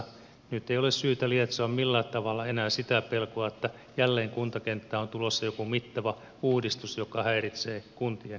nyt ei ole syytä lietsoa millään tavalla enää sitä pelkoa että jälleen kuntakenttään on tulossa joku mittava uudistus joka häiritsee kuntien kehittämistä